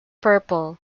purple